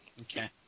Okay